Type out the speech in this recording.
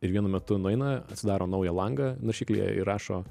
ir vienu metu nueina atsidaro naują langą naršyklėje ir rašo